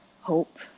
hope